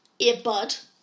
earbud